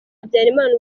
habyarimana